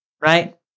right